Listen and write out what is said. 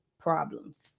problems